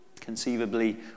Conceivably